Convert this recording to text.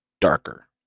darker